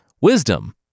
Wisdom